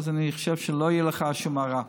ואז אני חושב שלא תהיה לך שום הערה.